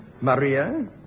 Maria